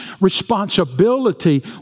responsibility